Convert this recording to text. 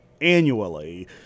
annually